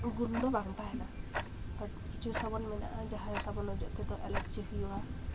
ᱜᱩᱱ ᱫᱚ ᱵᱟᱝ ᱛᱟᱦᱮᱱᱟ ᱛᱚ ᱠᱤᱪᱷᱩ ᱥᱟᱵᱚᱱ ᱢᱮᱱᱟᱜᱼᱟ ᱡᱟᱦᱟᱸ ᱥᱟᱵᱚᱱ ᱚᱡᱚᱜ ᱛᱮᱫᱚ ᱮᱞᱟᱨᱡᱤ ᱦᱩᱭᱩᱜᱼᱟ